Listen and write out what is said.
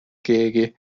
keegi